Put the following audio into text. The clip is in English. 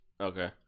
Okay